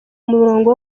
murongo